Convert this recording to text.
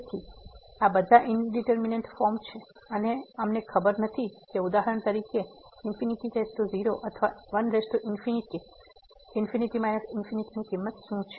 તેથી આ બધા ઇંડીટરમીનેટ ફોર્મ છે અને અમને ખબર નથી કે ઉદાહરણ તરીકે 0 અથવા 1∞ ∞ ની કિંમત શું છે